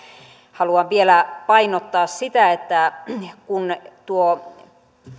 haluan vielä painottaa sitä että kun tuo